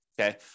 okay